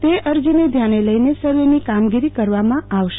તે અરજીને ધ્યાને લઈને સર્વેની કામગીરી કરવામાં આવશે